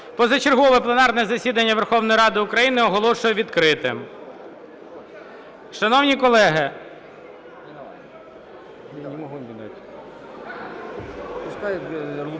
позачергове пленарне засідання Верховної Ради України оголошую відкритим.